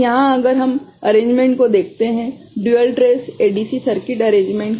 तो यहाँ अगर हम अरेंजमेंट को देखते हैं dual trace ADC circuit arrangement